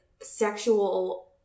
sexual